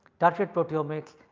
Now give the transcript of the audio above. target proteomics,